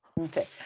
Okay